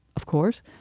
of course.